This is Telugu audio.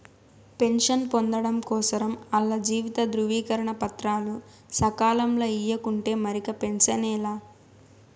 పెన్షన్ పొందడం కోసరం ఆల్ల జీవిత ధృవీకరన పత్రాలు సకాలంల ఇయ్యకుంటే మరిక పెన్సనే లా